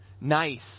nice